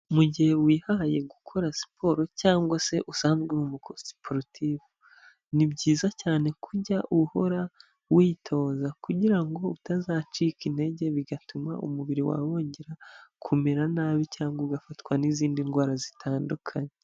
Mu gihe wihaye gukora siporo cyangwa se usanzwe uri umusiporutifu, ni byiza cyane ko ujya uhora witoza kugira ngo utazacika intege bigatuma umubiri wawe wongera kumera nabi cyangwa ugafatwa n'izindi ndwara zitandukanye.